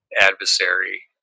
adversary